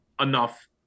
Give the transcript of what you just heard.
enough